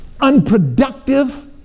unproductive